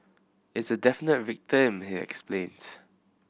it's a definite victim he explains